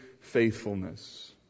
faithfulness